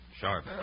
Sharp